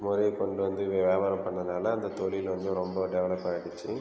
முறையாக கொண்டு வந்து வியாபாரம் பண்ணதுனால் அந்த தொழில் வந்து ரொம்ப டெவலப்பு ஆயிடுச்சு